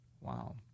Wow